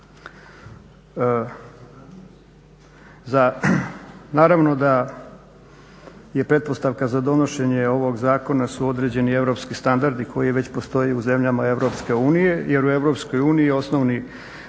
Naravno da pretpostavka za donošenje ovog zakona su određeni europski standardi koji već postoje u zemljama Europske unije jer u Europskoj uniji je osnovni